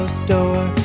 store